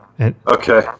Okay